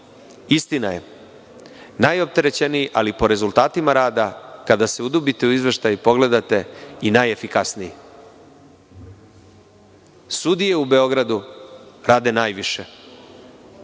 Istina je, najopterećeniji, ali po rezultatima rada, kada se udubite u izveštaj i pogledate - i najefikasniji. Sudije u Beogradu rade najviše